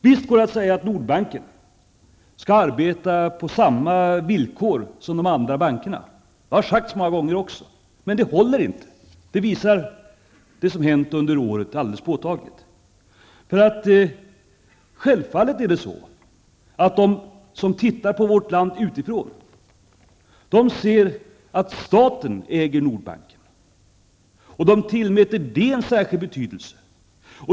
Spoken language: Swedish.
Visst går det att säga att Nordbanken skall arbeta på samma villkor som de andra bankerna. Det har sagts många gånger också. Men det håller inte. Det visar det som har hänt under året alldeles påtagligt. Självfallet ser de som tittar på vårt land utifrån att staten äger Nordbanken. De tillmäter det en särskild betydelse.